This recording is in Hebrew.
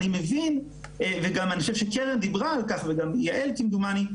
אני מבין וגם אני חושב שקרן דיברה על כך וגם יעל כמדומני,